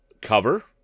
cover